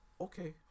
okay